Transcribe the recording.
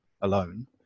alone